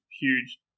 huge